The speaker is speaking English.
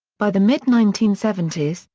by the mid nineteen seventy s,